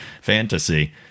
fantasy